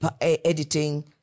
editing